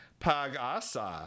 Pagasa